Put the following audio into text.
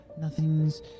nothing's